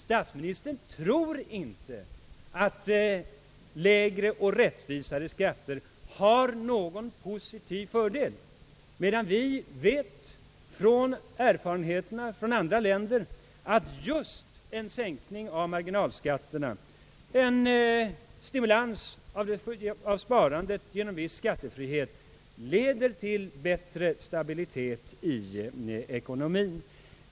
Statsministern tror inte att lägre och rättvisare skatter har någon positiv fördel, medan vi genom erfarenheterna från andra länder vet att just en sänkning av marginalskatterna och en stimulans till sparande genom viss skattefrihet leder till bättre stabilitet i ekonomien.